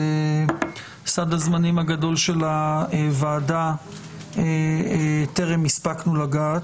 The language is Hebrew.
בסד הזמנים הגדול של הוועדה טרם הספקנו לגעת.